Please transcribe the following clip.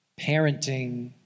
parenting